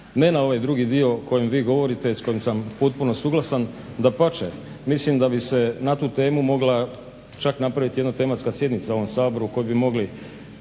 Ne na ovaj drugi dio o kojem vi govorite, s kojim sam potpuno suglasan. Dapače, mislim da bi se na tu temu mogla čak napraviti jedna tematska sjednica u ovom Saboru koju bi mogli,